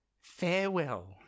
farewell